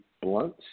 blunt